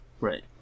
Right